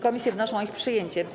Komisje wnoszą o ich przyjęcie.